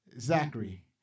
Zachary